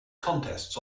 contests